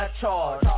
charge